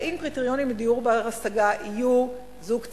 האם קריטריונים לדיור בר-השגה יהיו: זוג צעיר,